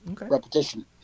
repetition